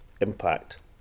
impact